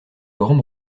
grand